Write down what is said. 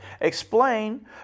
explain